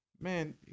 man